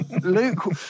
Luke